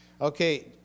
okay